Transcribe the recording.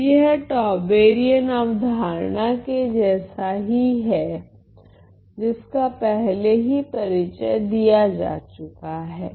तो यह टौबेरियन अवधारणा के जैसा ही है जिसका पहले ही परिचय दिया जा चुका हैं